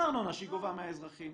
מהארנונה שהיא גובה מהאזרחים,